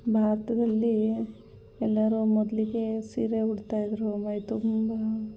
ಭಾರತದಲ್ಲಿ ಎಲ್ಲರೂ ಮೊದಲಿಗೆ ಸೀರೆ ಉಡ್ತಾಯಿದ್ರು ಮೈತುಂಬ